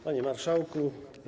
Panie Marszałku!